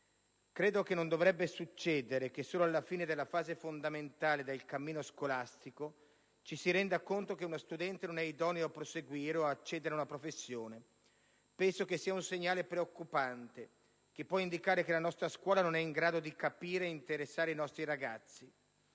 Credo che non dovrebbe succedere che solo alla fine della fase fondamentale del cammino scolastico ci si renda conto che uno studente non è idoneo a proseguire o ad accedere ad una professione. Penso sia un segnale preoccupante che può indicare che la nostra scuola non è in grado di capire ed interessare i nostri ragazzi